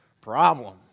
problem